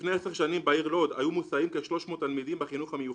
לפני 10 שנים בעיר לוד היו מוסעים כ-300 תלמידים בחינוך המיוחד,